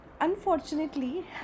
unfortunately